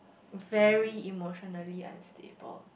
very emotionally unstable